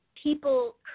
People